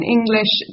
English